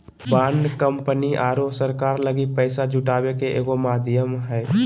bond company आरो सरकार लगी पैसा जुटावे के एगो माध्यम हइ